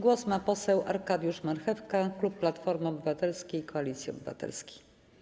Głos ma poseł Arkadiusz Marchewka, klub Platformy Obywatelskiej - Koalicji Obywatelskiej.